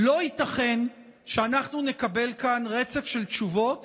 לא ייתכן שאנחנו נקבל כאן רצף של תשובות